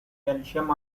calcium